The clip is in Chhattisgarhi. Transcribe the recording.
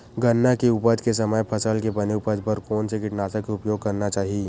गन्ना के उपज के समय फसल के बने उपज बर कोन से कीटनाशक के उपयोग करना चाहि?